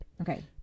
Okay